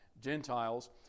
Gentiles